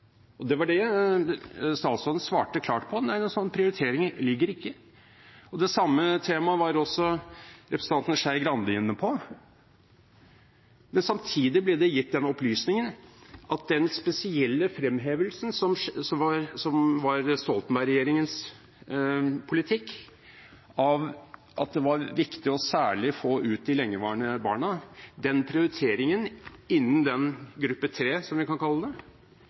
og det var det statsråden svarte klart på: Nei, en slik prioritering er der ikke. Det samme temaet var også representanten Skei Grande inne på. Men samtidig ble det gitt den opplysningen at den spesielle fremhevelsen – som var Stoltenberg-regjeringens politikk – av at det var særlig viktig å få ut de lengeværende barna, prioriteringen innenfor gruppe 3, som man kan kalle den gruppen, var bortfalt. Men det